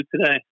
today